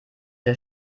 der